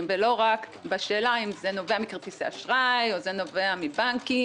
ולא רק בשאלה האם זה נובע מכרטיסי אשראי או האםזה נובע מבנקים